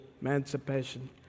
Emancipation